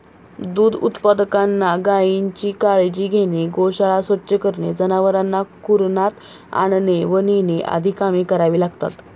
दूध उत्पादकांना गायीची काळजी घेणे, गोशाळा स्वच्छ करणे, जनावरांना कुरणात आणणे व नेणे आदी कामे करावी लागतात